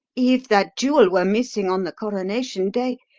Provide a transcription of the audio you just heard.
if that jewel were missing on the coronation day,